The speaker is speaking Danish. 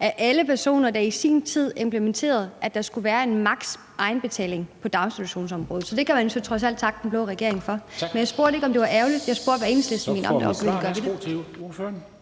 af alle personer, der i sin tid implementerede, at der skulle være en maks. egenbetaling på daginstitutionsområdet, så det kan man jo så trods alt takke den blå regering for. Men jeg spurgte ikke, om det var ærgerligt, at man sender den her